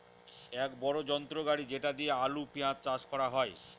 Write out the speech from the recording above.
এক বড়ো যন্ত্র গাড়ি যেটা দিয়ে আলু, পেঁয়াজ চাষ করা হয়